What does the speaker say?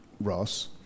Ross